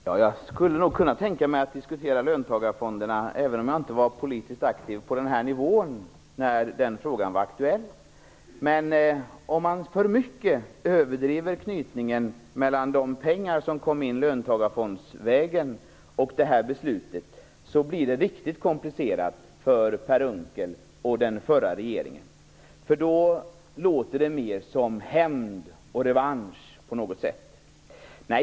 Fru talman! Jag skulle nog kunna tänka mig att diskutera löntagarfonderna, även om jag inte var politiskt aktiv på den här nivån när den frågan var aktuell. Men om man för mycket överdriver knytningen mellan de pengar som kom in löntagarfondsvägen och det här beslutet, blir det riktigt komplicerat för Per Unckel och den förra regeringen. Då låter det mer som hämnd och revansch på något sätt.